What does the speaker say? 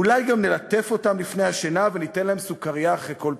אולי גם ללטף אותם לפני השינה ולתת להם סוכרייה אחרי כל פיגוע.